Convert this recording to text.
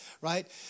right